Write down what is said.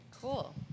cool